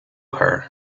her